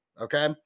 okay